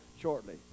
shortly